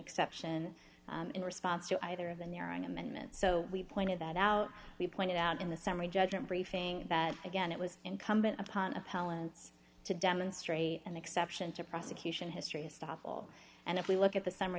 exception in response to either of the narrowing amendments so we pointed that out we pointed out in the summary judgment briefing that again it was incumbent upon appellants to demonstrate an exception to prosecution histories stoffel and if we look at the summ